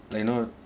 like you know